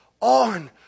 on